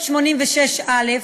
386א,